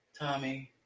Tommy